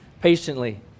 patiently